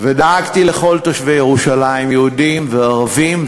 ודאגתי לכל תושבי ירושלים יהודים וערבים,